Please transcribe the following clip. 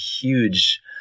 huge